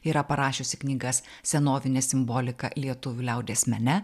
yra parašiusi knygas senovinė simbolika lietuvių liaudies mene